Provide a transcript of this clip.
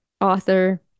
author